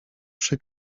przy